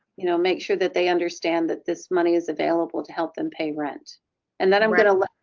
you know make sure that they understand that this money is available to help them pay rent and that i'm going to